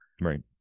right